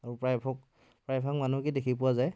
আৰু প্ৰায়ভাগ প্ৰায়ভাগ মানুহকে দেখি পোৱা যায়